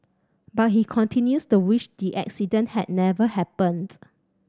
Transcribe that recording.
but he continues to wish the accident had never happens